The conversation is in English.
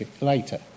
later